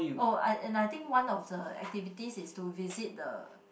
oh I and I think one of the activities is to visit the